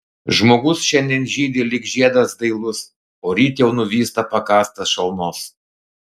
žmogus šiandien žydi lyg žiedas dailus o ryt jau nuvysta pakąstas šalnos